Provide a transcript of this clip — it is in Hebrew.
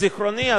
מזיכרוני,